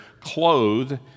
clothed